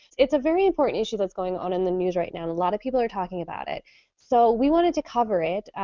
it's a very important issue that's going on in the news right now, a lot of people are talking about it so we wanted to cover it,